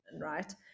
right